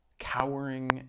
cowering